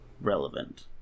relevant